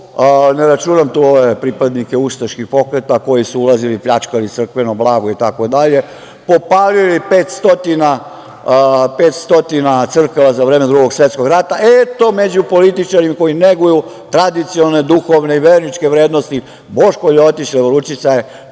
Ne računam tu pripadnike ustaških pokreta koji su ulazili i pljačkali crkveno blago, popalili 500 crkava za vreme Drugog svetskog rata. Eto među političarima koji neguju tradicionalne duhovne i verničke vrednosti Boško ljotić levoručica je